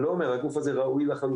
אני לא אומר, הגוף הזה ראוי לחלוטין,